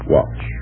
Watch